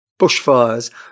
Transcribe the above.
bushfires